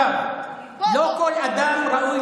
בוא, תקלל אותי.